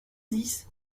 dix